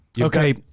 Okay